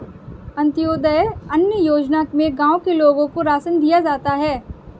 अंत्योदय अन्न योजना में गांव के लोगों को राशन दिया जाता है